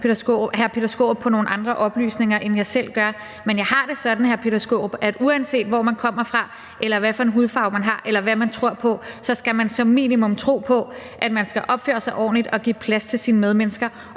hr. Peter Skaarup på nogle andre oplysninger, end jeg selv gør. Men jeg har det sådan, hr. Peter Skaarup, at uanset hvor man kommer fra, hvad for en hudfarve man har, eller hvad man tror på, skal man som minimum tro på, at man skal opføre sig ordentligt og give plads til sine medmennesker.